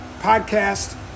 podcast